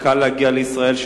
שקל להגיע לישראל,